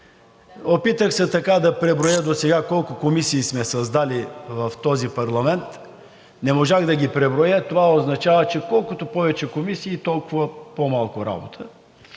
Опитах се да преброя досега колко комисии сме създали в този парламент – не можах да ги преброя. Това означава, че колкото повече комисии, толкова по-малко работа.